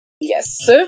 Yes